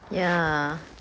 ya